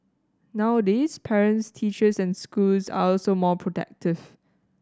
nowadays parents teachers and schools are also more protective